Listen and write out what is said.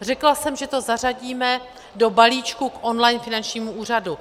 Řekla jsem, že to zařadíme do balíčku k online finančnímu úřadu.